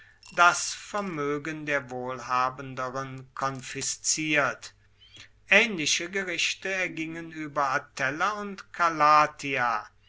das vermoegen der wohlhabenderen konfisziert aehnliche gerichte ergingen ueber atella und